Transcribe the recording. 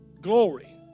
Glory